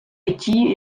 vytí